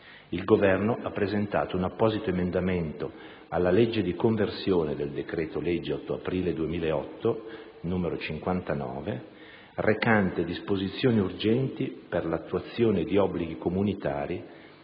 il Governo ha presentato un apposito emendamento alla legge di conversione del decreto-legge 8 aprile 2008, n. 59, recante disposizioni urgenti per l'attuazione di obblighi comunitari